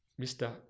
Mr